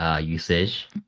usage